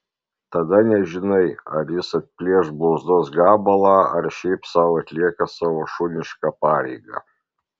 tada nežinai ar jis atplėš blauzdos gabalą ar šiaip sau atlieka savo šunišką pareigą